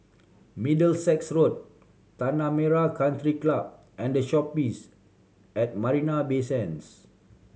Middlesex Road Tanah Merah Country Club and The Shoppes at Marina Bay Sands